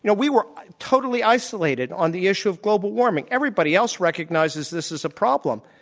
you know we were totally isolated on the issue of global warming. everybody else recognizes this as a problem.